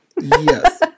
Yes